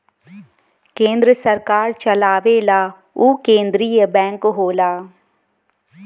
केन्द्र सरकार चलावेला उ केन्द्रिय बैंक होला